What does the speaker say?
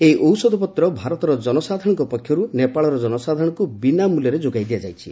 ଏହି ଔଷଧପତ୍ର ଭାରତର ଜନସାଧାରଣଙ୍କ ପକ୍ଷରୁ ନେପାଳର ଜନସାଧାରଣଙ୍କୁ ବିନା ମୂଲ୍ୟରେ ଯୋଗାଇ ଦିଆଯାଇଛି